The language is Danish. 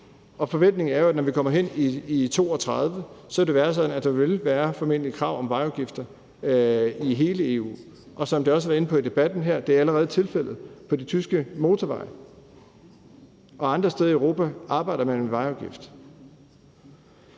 Forventningen er, at når vi kommer hen i 2032, vil det være sådan, at der formentlig vil være krav om vejafgifter i hele EU. Og som man også har været inde på i debatten her, er det allerede tilfældet på de tyske motorveje. Og andre steder i Europa arbejder man med vejafgift.